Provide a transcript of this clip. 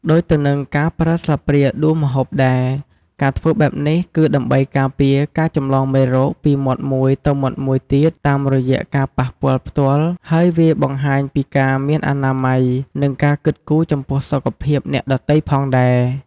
ដូចទៅនឹងការប្រើស្លាបព្រាដួសម្ហូបដែរ ការធ្វើបែបនេះគឺដើម្បីការពារការចម្លងមេរោគពីមាត់មួយទៅមាត់មួយទៀតតាមរយៈការប៉ះពាល់ផ្ទាល់ ហើយវាបង្ហាញពីការមានអនាម័យ និងការគិតគូរចំពោះសុខភាពអ្នកដទៃផងដែរ។